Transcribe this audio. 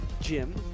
Jim